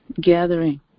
gathering